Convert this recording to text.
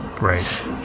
right